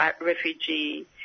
refugee